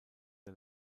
der